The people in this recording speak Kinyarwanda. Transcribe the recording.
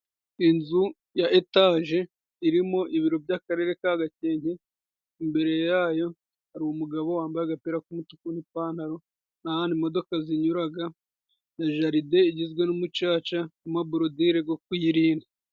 Inzu ya etaje irimo ibiro by'Akarere ka Gakenke, imbere yayo hari umugabo wambaye agapira k'umutuku n'ipantaro, n'ahandi imodoka zinyuraga na jaride igizwe n'umucaca amaborodire go kuyirinda.